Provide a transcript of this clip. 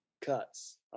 cuts